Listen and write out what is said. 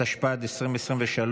התשפ"ד 2023,